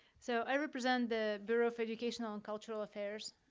so i represent the bureau of educational and cultural affairs.